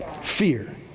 Fear